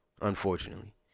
unfortunately